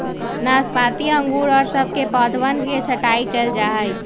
नाशपाती अंगूर और सब के पौधवन के छटाई कइल जाहई